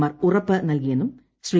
മാർ ഉറപ്പു നൽകി എന്നും ശ്രീ